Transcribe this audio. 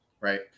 right